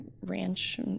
ranch